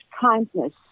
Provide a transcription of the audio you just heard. kindness